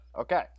Okay